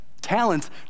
Talents